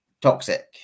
toxic